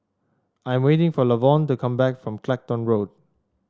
I'm waiting for Lavonne to come back from Clacton Road